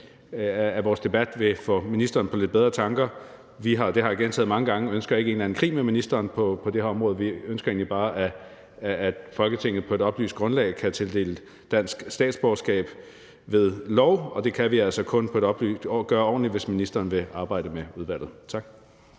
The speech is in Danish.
at vores debat vil få ministeren på lidt bedre tanker. Vi ønsker ikke – og det har jeg gentaget mange gange – en eller anden krig med ministeren på det her område. Vi ønsker egentlig bare, at Folketinget på et oplyst grundlag kan tildele dansk statsborgerskab ved lov, og det kan vi altså kun gøre ordentligt, hvis ministeren vil arbejde med udvalget. Tak.